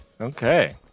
Okay